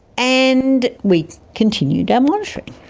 and we continued our monitoring,